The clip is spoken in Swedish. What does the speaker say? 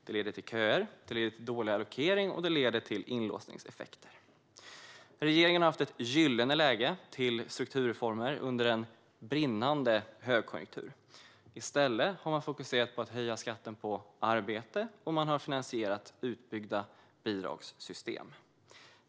Det leder till köer, det leder dålig allokering och det leder till inlåsningseffekter. Regeringen har haft ett gyllene läge för strukturreformer under en brinnande högkonjunktur. I stället har man fokuserat på att höja skatten på arbete och finansiera utbyggda bidragssystem.